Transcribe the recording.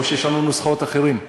או שיש לנו נוסחים אחרים.